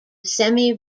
semi